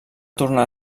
tornar